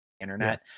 internet